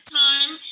time